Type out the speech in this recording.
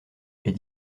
est